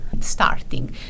starting